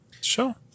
Sure